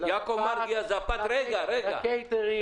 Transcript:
גם לקייטרינג.